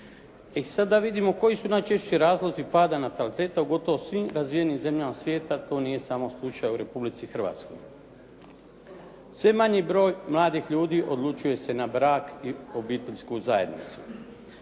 E sada da vidimo koji su najčešći razlozi pada nataliteta u gotovo svim razvijenim zemljama svijeta, to nije samo slučaj u Republici Hrvatskoj. Sve manji broj mladih ljudi odlučuje se na brak i obiteljsku zajednicu.